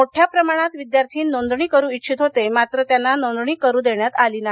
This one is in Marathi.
मोठ्या प्रमाणात विद्यार्थी नोंदणी करू इच्छित होते मात्र त्यांना नोंदणीकरू देण्यात आली नाही